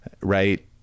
right